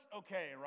okay